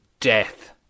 death